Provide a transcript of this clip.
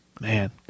man